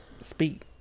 speak